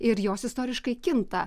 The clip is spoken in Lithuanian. ir jos istoriškai kinta